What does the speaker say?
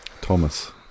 Thomas